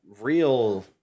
real